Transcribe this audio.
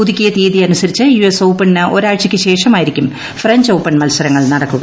പുതുക്കിയ തീയതി അനുസിര്ലിച്ച് യു എസ് ഓപ്പണിന് ഒരാഴ്ചയ്ക്ക് ശേഷമായിരിക്കും ഫ്രഞ്ച് ഔപ്പൺ മത്സരങ്ങൾ നടക്കുക